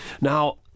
Now